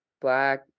black